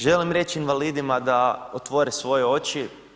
Želim reći invalidima da otvore svoje oči.